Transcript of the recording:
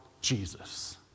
Jesus